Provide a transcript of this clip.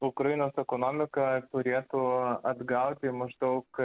ukrainos ekonomika turėtų atgauti maždaug